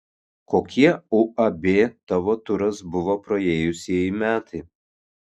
kokie uab tavo turas buvo praėjusieji metai